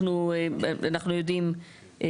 אנחנו יודעים,